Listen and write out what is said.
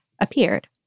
appeared